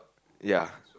ya